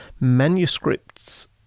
manuscripts